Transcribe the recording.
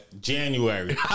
January